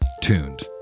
tuned